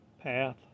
path